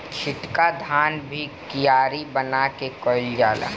छिटका धान भी कियारी बना के कईल जाला